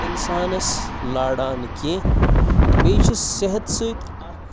اِنسانَس لاران کینٛہہ بیٚیہِ چھِس صحتہٕ سۭتۍ اَکھ